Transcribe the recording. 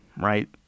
right